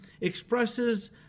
expresses